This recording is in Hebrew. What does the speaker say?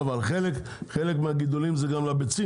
לא, אבל חלק מהגידולים זה גם לביצים.